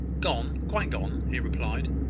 gone, quite gone, he replied.